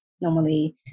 Normally